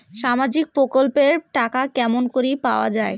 সামাজিক প্রকল্পের টাকা কেমন করি পাওয়া যায়?